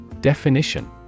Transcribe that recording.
Definition